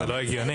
זה לא הגיוני.